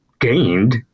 gained